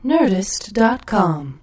Nerdist.com